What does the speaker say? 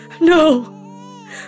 No